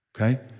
Okay